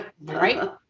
right